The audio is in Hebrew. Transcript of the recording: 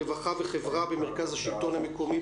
רווחה וחברה במרכז השלטון המקומי,